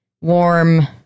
warm